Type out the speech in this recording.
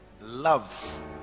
loves